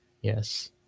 Yes